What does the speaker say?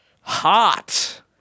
Hot